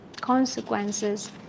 consequences